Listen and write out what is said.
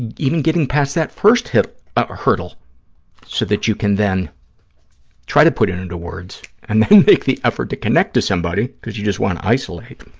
even getting past that first ah hurdle so that you can then try to put it into words, and then make the effort to connect to somebody because you just want to isolate.